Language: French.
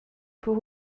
pour